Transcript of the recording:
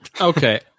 Okay